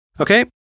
Okay